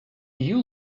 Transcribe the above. you